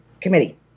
Committee